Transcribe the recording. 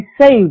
saved